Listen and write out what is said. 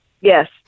Yes